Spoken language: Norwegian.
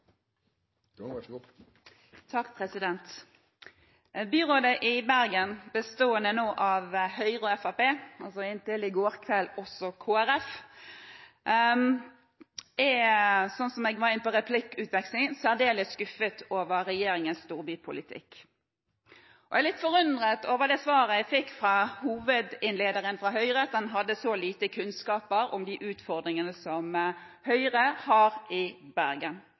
Byrådet i Bergen – nå bestående av Høyre og Fremskrittspartiet, inntil i går kveld også Kristelig Folkeparti – er som jeg var inne på i replikkvekslingen, særdeles skuffet over regjeringens storbypolitikk. Jeg er litt forundret over det svaret jeg fikk fra hovedinnlederen fra Høyre, og at han hadde så lite kunnskap om de utfordringene som Høyre har i Bergen.